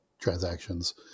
transactions